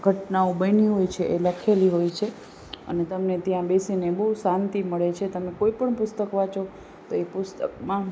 ઘટનાઓ બની હોય છે એ લખેલી હોય છે અને તમને ત્યાં બેસીને બહુ શાંતિ મળે છે તમે કોઈ પણ પુસ્તક વાંચો તો એ પુસ્તકમાં